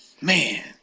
Man